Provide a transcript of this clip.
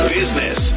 business